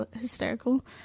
hysterical